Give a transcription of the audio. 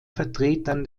vertretern